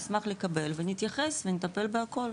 נשמח לקבל ונתייחס ונטפל בהכול,